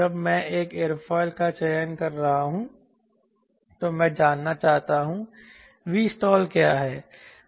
जब मैं एक एयरफॉइल का चयन कर रहा हूं तो मैं जानना चाहता हूं Vstall क्या है